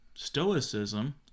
Stoicism